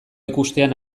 ikustean